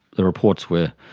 the reports were